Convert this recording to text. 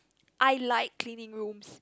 I like cleaning rooms